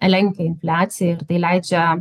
lenkia infliaciją ir tai leidžia